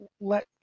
let